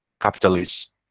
capitalist